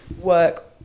work